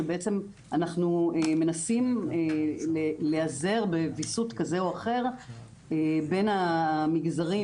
בעצם אנחנו מנסים להיעזר בוויסות כזה או אחר בין המגזרים,